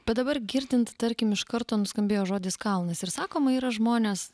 bet dabar girdint tarkim iš karto nuskambėjo žodis kalnas ir sakoma yra žmonės